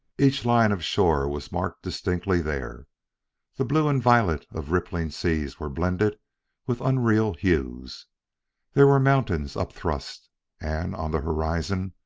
each line of shore was marked distinctly there the blue and violet of rippling seas were blended with unreal hues there were mountains upthrust and, on the horizon,